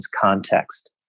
context